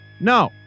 No